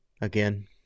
again